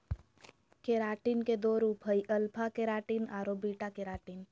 keratin के दो रूप हइ, अल्फा केराटिन आरो बीटा केराटिन